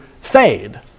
fade